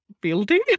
building